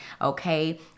Okay